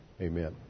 Amen